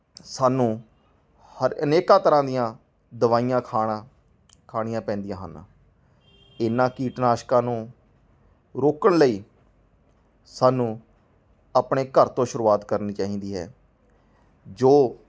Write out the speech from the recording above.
ਸਾਨੂੰ ਹਰ ਅਨੇਕਾਂ ਤਰ੍ਹਾਂ ਦੀਆਂ ਦਵਾਈਆਂ ਖਾਣਾ ਖਾਣੀਆਂ ਪੈਂਦੀਆਂ ਹਨ ਇਹਨਾਂ ਕੀਟਨਾਸ਼ਕਾਂ ਨੂੰ ਰੋਕਣ ਲਈ ਸਾਨੂੰ ਆਪਣੇ ਘਰ ਤੋਂ ਸ਼ੁਰੂਆਤ ਕਰਨੀ ਚਾਹੀਦੀ ਹੈ ਜੋ